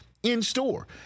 in-store